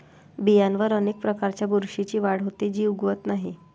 बियांवर अनेक प्रकारच्या बुरशीची वाढ होते, जी उगवत नाही